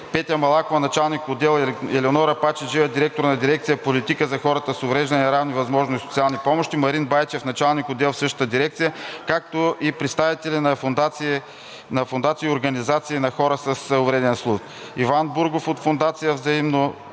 Петя Малакова – началник-отдел, Елеонора Пачеджиева – директор на дирекция „Политика за хората с увреждания, равни възможности и социални помощи“, Марин Байчев – началник-отдел в същата дирекция; както и представители на фондации и организации на хора с увреден слух: Иван Бургов от фондация „Взаимно“,